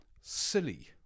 silly